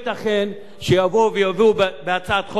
שורה אחת: פתח את אזורי רישום הנישואים.